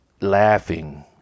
laughing